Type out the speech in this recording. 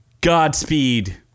Godspeed